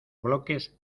bloques